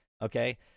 Okay